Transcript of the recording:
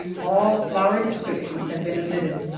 all flowery descriptions have been omitted,